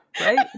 right